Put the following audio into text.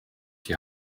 die